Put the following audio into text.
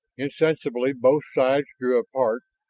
insensibly both sides drew apart,